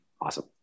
awesome